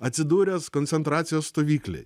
atsidūręs koncentracijos stovyklėj